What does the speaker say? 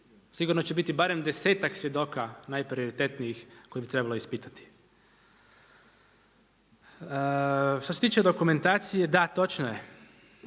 sigurno će biti barem desetak svjedoka najprioritetnijih koje bi trebalo ispitati. Što se tiče dokumentacije, da, točno je,